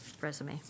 resume